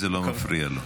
זה לא מפריע לו.